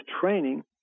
training